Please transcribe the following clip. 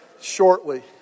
shortly